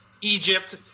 Egypt